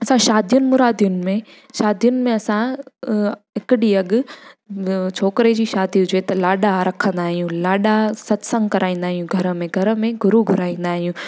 असां शादीयुनि मुरादियुनि में शादीयुनि में असां हिकु ॾींहुं अॻु छोकिरे जी शादी हुजे त लाॾा रखंदा आहियूं लाॾा सत्संग कराईंदा आहियूं घर में घर में गुरु घुराईंदा आहियूं